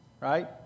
Right